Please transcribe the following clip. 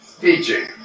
teaching